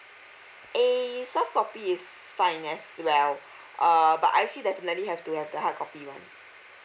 a softcopy it's fine as well uh but I see that many have to have the hardcopy one